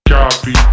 Copy